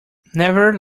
never